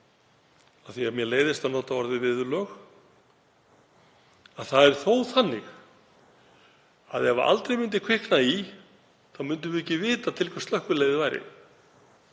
því að mér leiðist að nota orðið viðurlög, að ef aldrei myndi kvikna í þá myndum við ekki vita til hvers slökkviliðið væri.